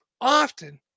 Often